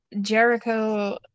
Jericho